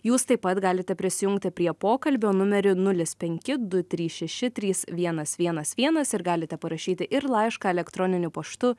jūs taip pat galite prisijungti prie pokalbio numeriu nulis penki du trys šeši trys vienas vienas vienas ir galite parašyti ir laišką elektroniniu paštu